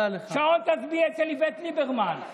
שעון, תצביעי אצל איווט ליברמן.